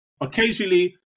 occasionally